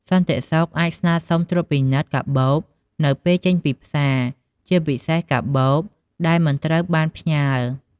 សន្តិសុខអាចស្នើសុំត្រួតពិនិត្យកាបូបនៅពេលចេញពីផ្សារ ជាពិសេសកាបូបដែលមិនត្រូវបានផ្ញើ។